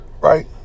Right